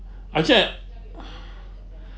aren't you at